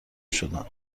شدن